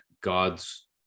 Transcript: God's